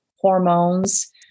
hormones